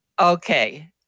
okay